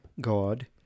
God